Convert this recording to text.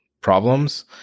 problems